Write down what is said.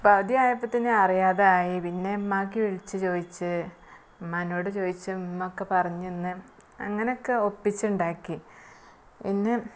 അപ്പം ആദ്യം ആയപ്പത്തേന് അറിയാതെ ആയി പിന്നെ ഉമ്മാക്ക് വിളിച്ച് ചോദിച്ച് ഉമ്മാനോട് ചോദിച്ചും ഉമ്മ ഒക്കെ പറഞ്ഞു തന്നു അങ്ങനെ ഒക്കെ ഒപ്പിച്ചുണ്ടാക്കി പിന്നെ